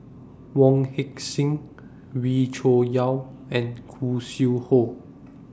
Wong Heck Sing Wee Cho Yaw and Khoo Sui Hoe